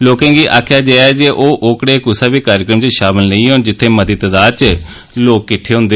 लोकें गी आखेआ गेआ ऐ जे ओह ओकड़े कुसै बी कार्यक्रम च शामल नेई होन जित्थे मती तादाद च लोक किट्ठे होन